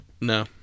No